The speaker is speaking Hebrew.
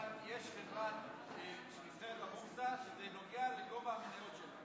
יש חברה שנסחרת בבורסה שזה נוגע לגובה המניות שלה.